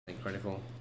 Critical